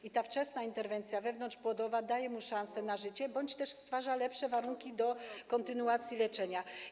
I ta wczesna interwencja wewnątrzpłodowa daje mu szansę na życie bądź też stwarza lepsze warunki do kontynuacji leczenia.